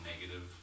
negative